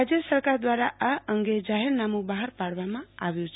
રાજય સરકાર દ્રારા આ અંગે જાહેરનામુ બહાર પાડવામાં આવ્યુ છે